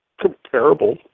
comparable